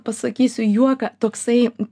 pasakysiu juoką toksai